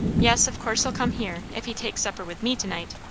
yes, of course he'll come here, if he takes supper with me to-night.